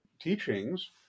teachings